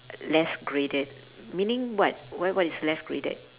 less graded meaning what why what is less graded